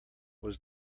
was